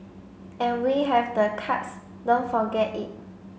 and we have the cards don't forget it